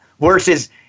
versus –